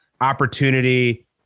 opportunity